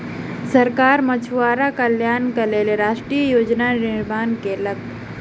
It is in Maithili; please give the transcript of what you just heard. सरकार मछुआरा कल्याणक लेल राष्ट्रीय योजना निर्माण कयलक